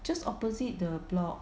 just opposite the block